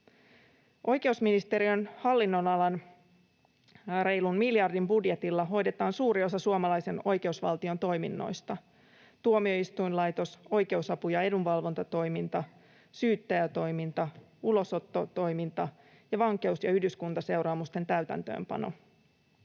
Oikeusministeriön hallinnonalan reilun miljardin budjetilla hoidetaan suuri osa suomalaisen oikeusvaltion toiminnoista: tuomioistuinlaitos, oikeusapu ja edunvalvontatoiminta, syyttäjätoiminta, ulosottotoiminta ja vankeus- ja yhdyskuntaseuraamusten täytäntöönpano.